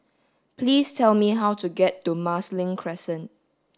please tell me how to get to Marsiling Crescent